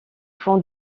font